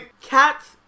cats